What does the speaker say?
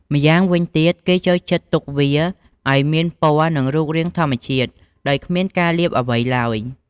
ម្យ៉ាងវិញទៀត គេចូលចិត្តទុកវាឲ្យមានពណ៌ និងរូបរាងធម្មជាតិ ដោយគ្មានការលាបអ្វីឡើយ។